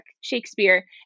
Shakespeare